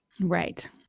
Right